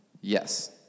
Yes